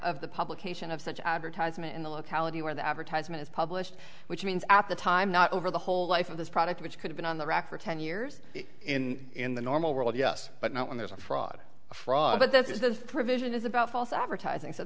of the publication of such an advertisement in the locality where the advertisement is published which means at the time not over the whole life of this product which could have been on the rack for ten years in in the normal world yes but not when there's a fraud fraud but this is the provision is about false advertising so